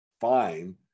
fine